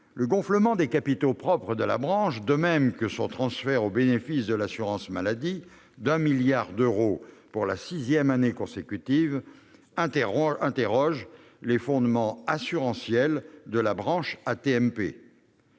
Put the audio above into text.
Le gonflement des capitaux propres de la branche, de même que le transfert, au bénéfice de l'assurance maladie, d'un milliard d'euros pour la sixième année consécutive, amène à s'interroger sur les fondements assurantiels de la branche AT-MP.